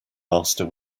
master